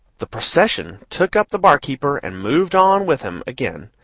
the procession took up the barkeeper and moved on with him again,